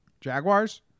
Jaguars